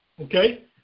Okay